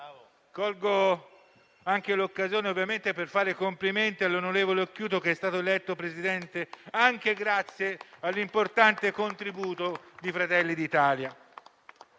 Colgo l'occasione per fare i complimenti all'onorevole Occhiuto, che è stato eletto Presidente anche grazie all'importante contributo di Fratelli d'Italia.